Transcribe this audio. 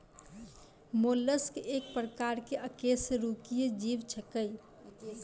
mollusc एक प्रकार के अकेशेरुकीय जीव छेकै